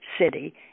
city